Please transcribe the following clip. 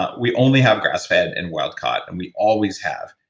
ah we only have grass-fed and wild caught, and we always have.